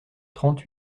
trente